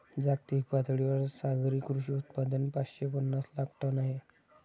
जागतिक पातळीवर सागरी कृषी उत्पादन पाचशे पनास लाख टन आहे